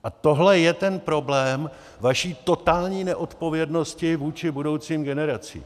A tohle je ten problém vaší totální neodpovědnosti vůči budoucím generacím.